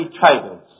titles